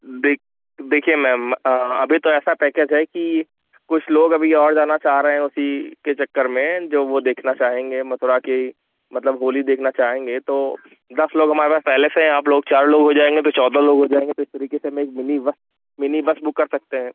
देख देखिए मैंम अभी तो ऐसा पैकेज है कि कुछ लोग अभी और जाना चाह रहे हैं तो उसी के चक्कर में जो वो देखना चाहेंगे मथुरा के मतलब होली देखना चाहेंगे तो दस लोग हमारे पास पहले से हैं आप चार लोग हो जाएंगे तो चौदह लोग हो जायेंगे इस तरीके से हम एक mini bus mini bus book कर सकते हैं